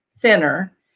thinner